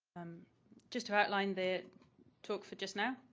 just to outline the talk for just now,